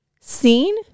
Seen